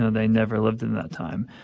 they never lived in that time.